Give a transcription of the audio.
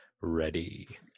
ready